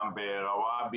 גם ברוואבי,